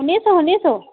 শুনিছোঁ শুনিছোঁ